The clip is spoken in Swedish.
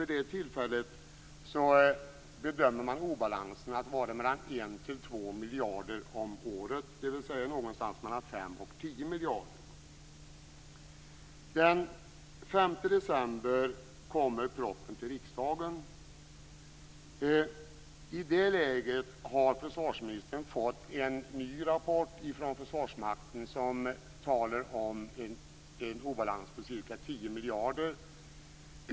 Vid det tillfället bedömdes obalansen vara mellan 1 och 2 miljarder om året, dvs. någonstans mellan 5 och 10 miljarder. det läget har försvarsministern fått en ny rapport från Försvarsmakten, som talar om en obalans på ca 10 miljarder.